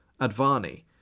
Advani